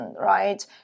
right